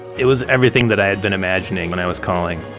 it was everything that i had been imagining when i was calling